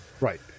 Right